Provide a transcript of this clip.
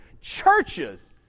churches